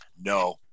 No